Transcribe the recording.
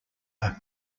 are